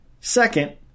second